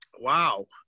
Wow